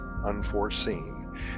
unforeseen